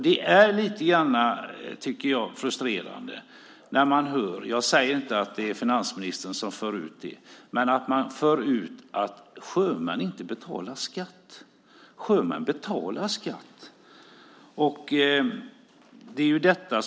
Det är lite frustrerande när man för ut - jag säger inte att det är finansministern som gör det - att sjömän inte betalar skatt. Sjömän betalar skatt.